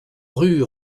rue